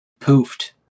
poofed